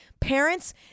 parents